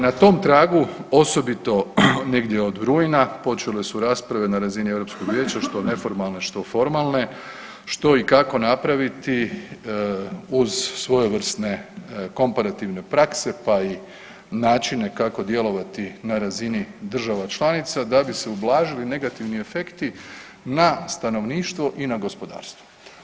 Na tom tragu osobito negdje od rujna počele su rasprave na razini Europskog vijeća što neformalne, što formalne što i kako napraviti uz svojevrsne komparativne prakse pa i načine kako djelovati na razini država članica da bi se ublažili negativni efekti na stanovništvo i na gospodarstvo.